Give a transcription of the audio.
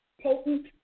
Potent